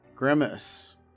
Grimace